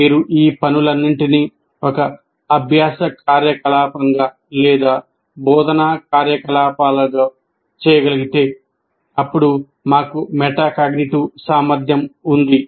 మీరు ఈ పనులన్నింటినీ ఒక అభ్యాస కార్యకలాపంగా లేదా బోధనా కార్యకలాపాలలో చేయగలిగితే అప్పుడు మాకు మెటాకాగ్నిటివ్ సామర్ధ్యం ఉంది